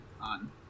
on